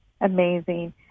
Amazing